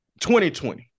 2020